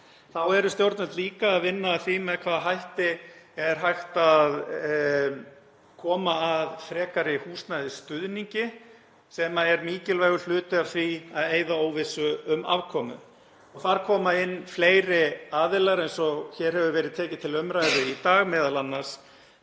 Þá eru stjórnvöld líka að vinna að því með hvaða hætti er hægt að koma að frekari húsnæðisstuðningi sem er mikilvægur hluti af því að eyða óvissu um afkomu og þar koma inn fleiri aðilar eins og hér hefur verið tekið til umræðu í dag, m.a. bankar